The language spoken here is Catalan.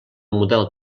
model